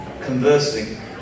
conversing